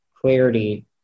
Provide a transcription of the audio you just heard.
clarity